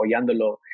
apoyándolo